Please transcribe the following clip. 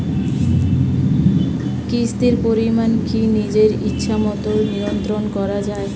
কিস্তির পরিমাণ কি নিজের ইচ্ছামত নিয়ন্ত্রণ করা যায়?